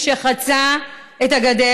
כשחצה את הגדר,